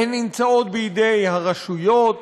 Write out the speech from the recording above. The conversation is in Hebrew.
הן נמצאות בידי הרשויות,